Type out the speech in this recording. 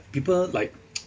people like